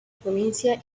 provincia